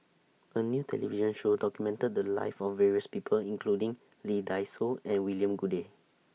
A New television Show documented The Lives of various People including Lee Dai Soh and William Goode